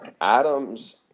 Adams